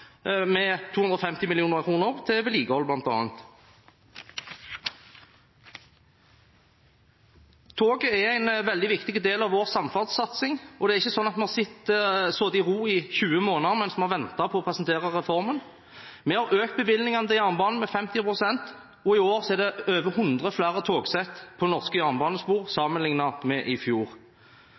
med 250 mill. kr, til vedlikehold, bl.a. Toget er en veldig viktig del av vår samferdselssatsing, og det er ikke slik at vi har sittet i ro i 20 måneder og ventet på å presentere reformen. Vi har økt bevilgningene til jernbanen med 50 pst., og i år er det over 100 flere togsett på norske jernbanespor, sammenlignet med i fjor.